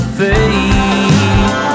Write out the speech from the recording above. face